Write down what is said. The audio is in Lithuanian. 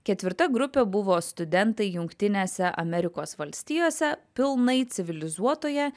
ketvirta grupė buvo studentai jungtinėse amerikos valstijose pilnai civilizuotoje